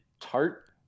tart